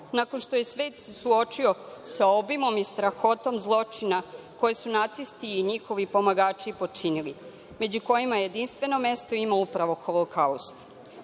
nakon što se svet suočio sa obimom i strahotom zločina koje su nacisti i njihovi pomagači počinili, među kojima jedinstveno mesto ima upravo Holokaust,